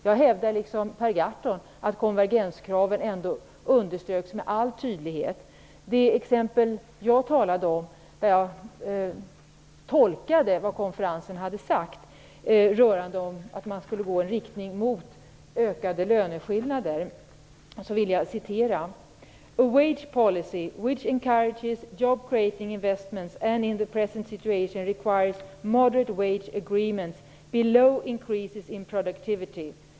Jag hävdar liksom Per Gahrton att konvergenskraven underströks med all tydlighet. Jag tolkade vad som sades på konferensen om att man skulle gå i en riktning mot ökade löneskillnader. Jag citerar: "a wage policy which encourages job-creating investments and in the present situation requires moderate wage agreements below increases in productivity".